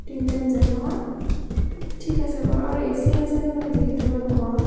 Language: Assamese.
তিনি টাইম যায় নহয় ঠিক আছে বাৰু আৰু এ চি আছেনে মানে যিহেতু ইমান গৰম